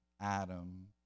Adam